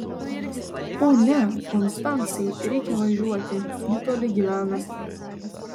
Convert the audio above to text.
o ne konstancai reikia važiuoti ji toli gyvena